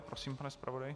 Prosím, pane zpravodaji.